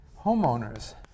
homeowners